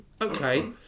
okay